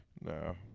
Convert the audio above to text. No